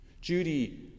Judy